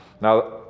now